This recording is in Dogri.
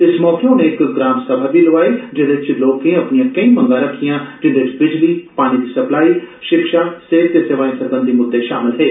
इस मौके उनें इक ग्राम सभा बी लोआई ॅजेह्दे च लोकें अपनियां केई मंगां रक्खियां जिन्दे च बिजली पानी दी सप्लाई शिक्षा सेहत ते सेवाए सरबंधी मुद्दे शामल हे